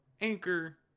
anchor